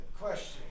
question